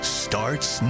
starts